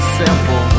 simple